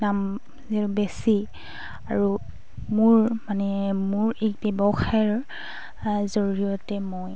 দাম বেছি আৰু মোৰ মানে মোৰ এই ব্যৱসায়ৰ জৰিয়তে মই